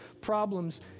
problems